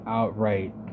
outright